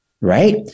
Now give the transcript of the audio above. right